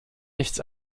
nichts